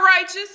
righteous